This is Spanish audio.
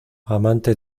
amante